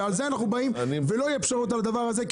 ועל זה אנחנו באים ולא יהיו פשרות כי אנחנו